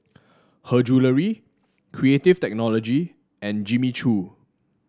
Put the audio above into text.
Her Jewellery Creative Technology and Jimmy Choo